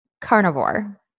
carnivore